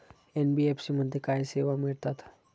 NBFC मध्ये काय सेवा मिळतात?